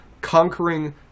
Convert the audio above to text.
conquering